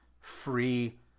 free